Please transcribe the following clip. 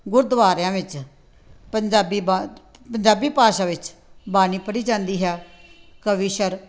ਗੁਰਦੁਆਰਿਆਂ ਵਿੱਚ ਪੰਜਾਬੀ ਬਾ ਪੰਜਾਬੀ ਭਾਸ਼ਾ ਵਿੱਚ ਬਾਣੀ ਪੜ੍ਹੀ ਜਾਂਦੀ ਹੈ ਕਵੀਸ਼ਰ